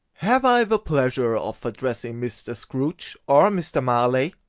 have i the pleasure of addressing mr. scrooge, or mr. marley?